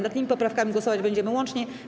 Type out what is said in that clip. Nad tymi poprawkami głosować będziemy łącznie.